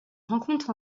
rencontre